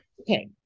Okay